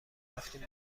رفتیم